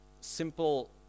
simple